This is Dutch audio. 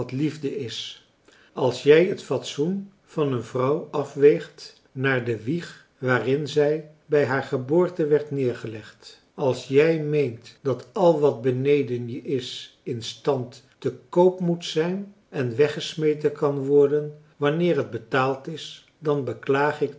liefde is als jij het fatsoen van een vrouw afweegt naar de wieg waarin zij bij haar geboorte werd neergelegd als jij meent dat al wat beneden je is in stand te koop moet zijn en weggesmeten kan worden wanneer het betaald is dan beklaag ik